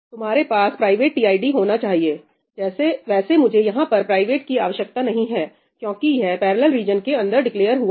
तुम्हारे पास private TID होना चाहिए वैसे मुझे यहां पर प्राइवेट की आवश्यकता नहीं है क्योंकि यह पैरेलल रीजन के अंदर डिक्लेअर हुआ है